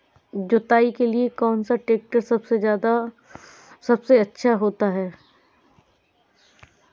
जुताई के लिए कौन सा ट्रैक्टर सबसे अच्छा होता है?